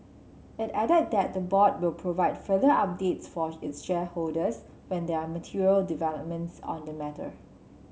it added that the board will provide further updates for its shareholders when there are material developments on the matter